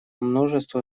множество